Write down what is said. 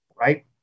right